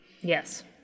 Yes